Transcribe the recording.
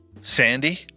Sandy